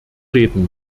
reden